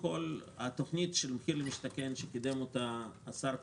התוכנית מחיר למשתכן, שאותה קידם השר כחלון,